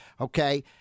Okay